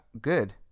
good